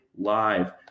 Live